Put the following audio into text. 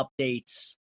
updates